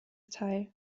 teil